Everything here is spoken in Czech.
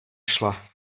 šla